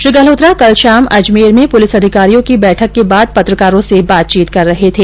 श्री गल्होत्रा कल शाम अजमेर में पुलिस अधिकारियों की बैठक के बाद पत्रकारों से बातचीत कर रहे थे